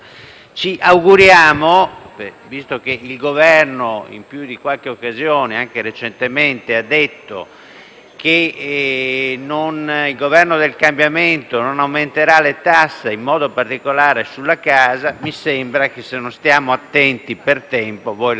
Visto che il Governo in più di qualche occasione, anche recentemente, ha detto che il Governo del cambiamento non aumenterà le tasse (in modo particolare sulla casa), mi sembra che, se non stiamo attenti per tempo, voi le tasse le aumentate.